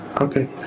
Okay